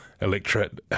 Electorate